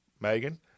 megan